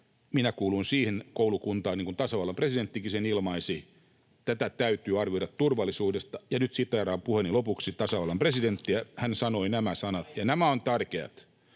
Minä kuulun siihen koulukuntaan, niin kuin tasavallan presidenttikin sen ilmaisi, että tätä täytyy arvioida turvallisuudesta. Ja nyt siteeraan puheeni lopuksi tasavallan presidenttiä. Hän sanoi nämä